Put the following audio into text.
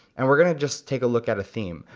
and we're gonna just take a look at a theme.